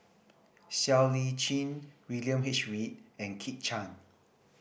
Siow Lee Chin William H Read and Kit Chan